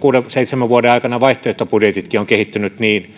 kuuden viiva seitsemän vuoden aikana vaihtoehtobudjetitkin ovat kehittyneet